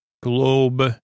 Globe